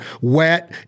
wet